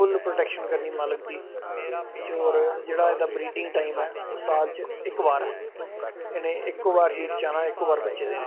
ते full protection करनी मालक दी ते जेह्ड़ा इंदी ब्रीडिंग टाईम ऐ ओह् साल दा इक बार ऐ इक बार हीट च आना इक बार बच्चे देने